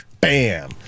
bam